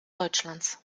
deutschlands